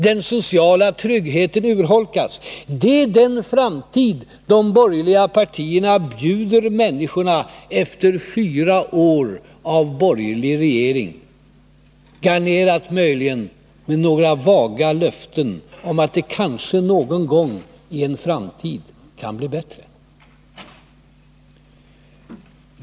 Den sociala tryggheten urholkas. Det är den framtid de borgerliga partierna bjuder människorna efter fyra år av borgerligt regerande, möjligen garnerat med några vaga löften om att det kanske någon gång i en framtid kan bli bättre.